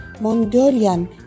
Mongolian